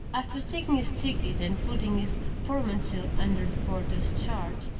after taking his ticket and putting his portmanteau under the porter's charge,